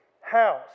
house